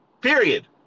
Period